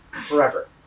forever